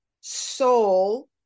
soul